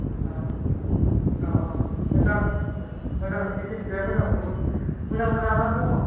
औ औ औ मोजां मोजां पेसिलेतिया मोजां बहुत मोजां मोजां ना दङ